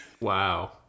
wow